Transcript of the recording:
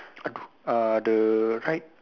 err the right